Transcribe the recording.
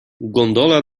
gondola